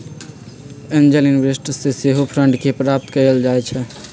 angel investors से सेहो fund के प्राप्त कएल जाइ छइ